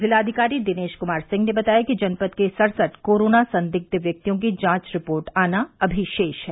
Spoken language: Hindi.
जिलाधिकारी दिनेश कुमार सिंह ने बताया कि जनपद के सड़सठ कोरोना संदिग्ध व्यक्तियों की जांच रिपोर्ट आना अभी शेष है